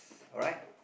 alright